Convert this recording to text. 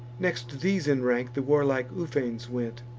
next these in rank, the warlike ufens went,